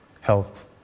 health